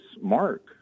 mark